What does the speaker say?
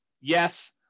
Yes